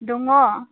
दङ